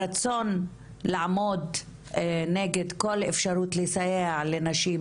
הרצון לעמוד נגד כל אפשרות לסייע לנשים,